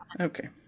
Okay